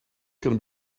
going